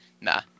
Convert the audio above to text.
Nah